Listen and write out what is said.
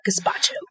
gazpacho